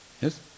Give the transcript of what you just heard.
Yes